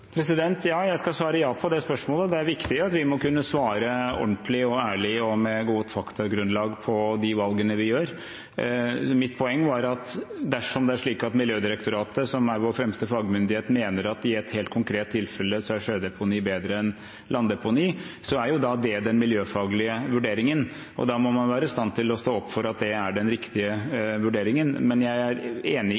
Jeg vil svare ja på det spørsmålet. Det er viktig at vi må kunne svare ordentlig, ærlig og med godt faktagrunnlag på de valgene vi gjør. Mitt poeng var at dersom det er slik at Miljødirektoratet, som er vår fremste fagmyndighet, mener at i et helt konkret tilfelle er sjødeponi bedre enn landdeponi, er det den miljøfaglige vurderingen. Da må man være i stand til å stå inne for at det er den riktige